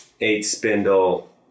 eight-spindle